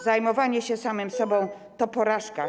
Zajmowanie się samym sobą to porażka.